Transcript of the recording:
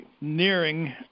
nearing